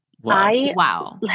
Wow